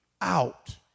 out